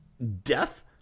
death